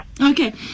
Okay